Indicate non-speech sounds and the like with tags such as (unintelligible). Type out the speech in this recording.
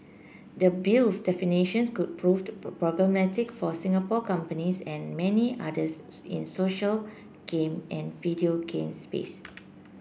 the Bill's definitions could proved problematic for Singapore companies and many others (unintelligible) in social game and video game space